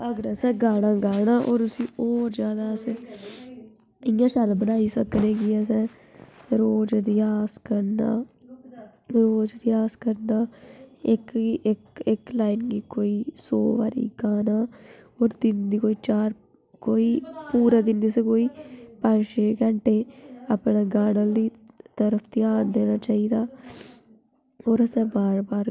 धर्म दै नांऽ उप्पर बी जेह्का टूॅरीजम ऐ इसी बड़ा बढ़ावा मिलदा ऐ जि'यां साढ़े एरिये च नरसिंग मन्दर रामनगर बड़ा मश्हूर ऐ इत्थै बड़े बड़े दूर दा लोग मन्नतां लेइयै औंदे न